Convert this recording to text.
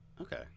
Okay